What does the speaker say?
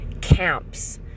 camps